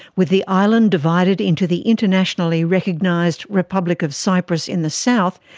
with the island divided into the internationally recognised republic of cyprus in the south,